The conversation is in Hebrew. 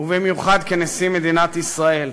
ובמיוחד כנשיא מדינת ישראל.